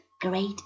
great